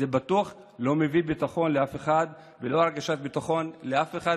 זה בטוח לא מביא ביטחון לאף אחד ולא הרגשת ביטחון לאף אחד,